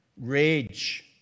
rage